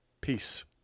Peace